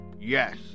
Yes